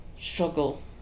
struggle